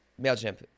MailChimp